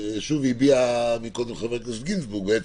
שהביע קודם חבר הכנסת גינזבורג: